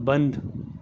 بند